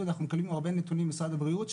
אנחנו מקבלים עוד הרבה נתונים ממשרד הבריאות,